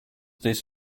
this